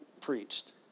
preached